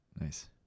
Nice